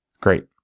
Great